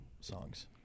songs